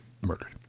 murdered